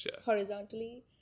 horizontally